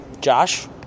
Josh